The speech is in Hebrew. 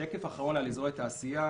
שקף אחרון על אזורי תעשייה